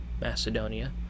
Macedonia